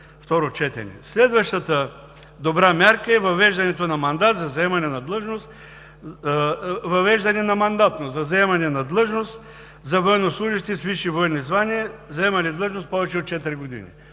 второ четене. Следващата добра мярка е въвеждане на мандатност за заемане на длъжност за военнослужещи с висши военни звания, заемали длъжност повече от 4 години.